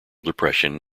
depression